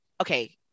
okay